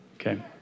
Okay